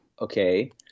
Okay